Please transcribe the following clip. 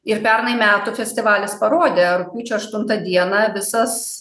ir pernai metų festivalis parodė rugpjūčio aštuntą dieną visas